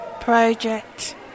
project